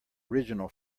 original